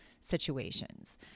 situations